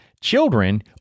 children